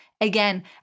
Again